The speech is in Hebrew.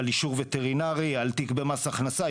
אישור וטרינרי, על תיק במס הכנסה.